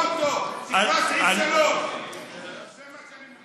תקרא אותו, זה מה שאני מבקש.